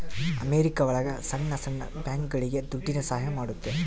America ಒಳಗ ಸಣ್ಣ ಸಣ್ಣ ಬ್ಯಾಂಕ್ಗಳುಗೆ ದುಡ್ಡಿನ ಸಹಾಯ ಮಾಡುತ್ತೆ